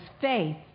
faith